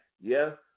Yes